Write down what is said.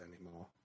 anymore